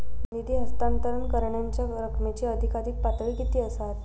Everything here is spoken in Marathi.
निधी हस्तांतरण करण्यांच्या रकमेची अधिकाधिक पातळी किती असात?